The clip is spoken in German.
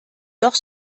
doch